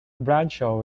bradshaw